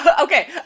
okay